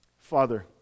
Father